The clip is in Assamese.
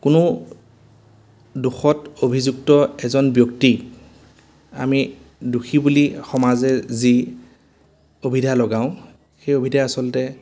কোনো দোষত অভিযুক্ত এজন ব্যক্তি আমি দোষী বুলি সমাজে যি অভিধা লগাওঁ সেই অভিধা আচলতে